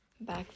Back